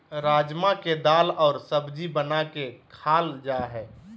राजमा के दाल और सब्जी बना के खाल जा हइ